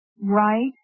Right